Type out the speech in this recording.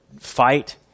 fight